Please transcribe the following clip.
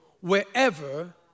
wherever